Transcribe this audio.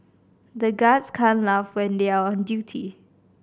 the guards can't laugh when they are on duty